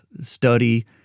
study